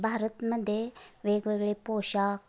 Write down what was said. भारतमध्ये वेगवेगळे पोशाख